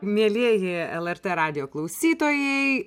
mielieji lrt radijo klausytojai